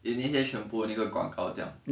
in 那些全部那一个广告这样